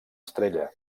estrella